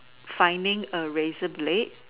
finding a Razer blade